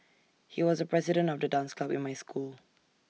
he was A president of the dance club in my school